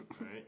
right